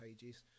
pages